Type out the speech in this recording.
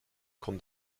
kommt